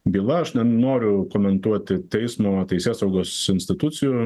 byla aš nenoriu komentuoti teismo teisėsaugos institucijų